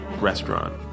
restaurant